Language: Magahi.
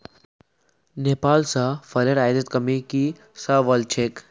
नेपाल स फलेर आयातत कमी की स वल छेक